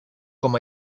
com